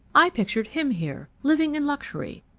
i pictured him here, living in luxury,